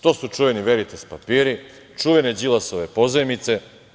To su čuveni Veritas papiri, čuvene Đilasove pozajmice.